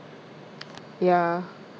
ya